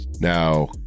Now